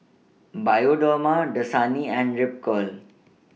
Bioderma Dasani and Ripcurl